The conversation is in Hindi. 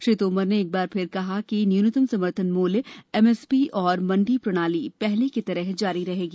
श्री तोमर ने एक बार फिर कहा कि न्यूनतम समर्थन मूल्य एमएसपी और मंडी प्रणाली पहले की तरह जारी रहेगी